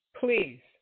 please